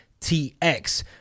tx